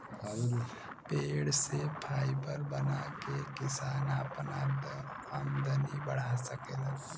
पेड़ से फाइबर बना के किसान आपन आमदनी बढ़ा सकेलन